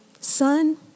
son